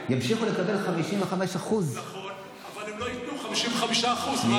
אני רק אומר משהו אחד, למשל לגבי החינוך.